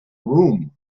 room